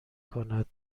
کند